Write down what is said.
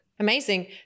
Amazing